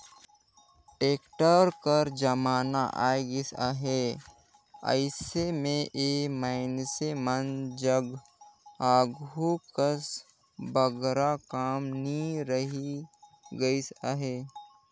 tractor कर जमाना आए गइस अहे, अइसे मे ए मइनसे मन जग आघु कस बगरा काम नी रहि गइस अहे